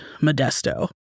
Modesto